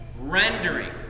Rendering